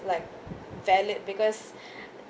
like valid because